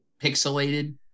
pixelated